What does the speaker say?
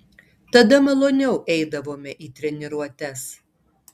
tada maloniau eidavome į treniruotes